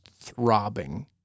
throbbing